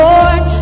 Lord